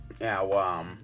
Now